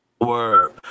Word